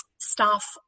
staff